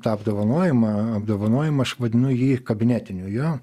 tą apdovanojimą apdovanojimą aš vadinu jį kabinetiniu jo